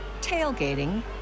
tailgating